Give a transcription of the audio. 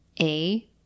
A-